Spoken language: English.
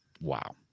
wow